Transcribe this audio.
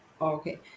Okay